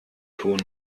tun